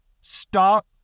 Stop